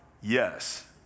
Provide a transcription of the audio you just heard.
Yes